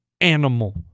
animal